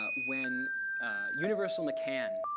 ah when universal mccann,